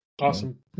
Awesome